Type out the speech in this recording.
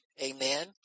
Amen